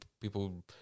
people